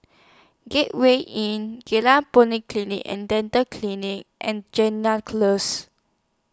Gateway Inn Geylang Polyclinic and Dental Clinic and Close